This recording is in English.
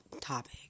topic